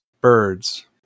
Birds